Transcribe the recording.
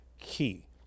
key